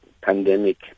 pandemic